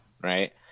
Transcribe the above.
right